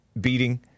beating